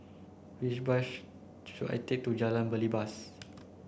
which bus should I take to Jalan Belibas